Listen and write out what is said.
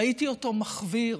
ראיתי אותו מחוויר